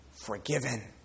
forgiven